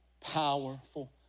powerful